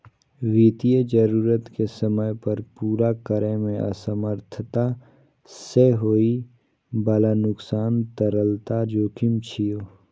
वित्तीय जरूरत कें समय पर पूरा करै मे असमर्थता सं होइ बला नुकसान तरलता जोखिम छियै